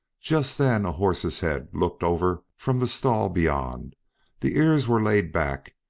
just then a horse's head looked over from the stall beyond the ears were laid back,